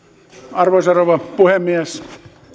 arvoisa rouva puhemies